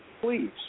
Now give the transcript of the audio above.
please